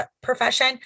profession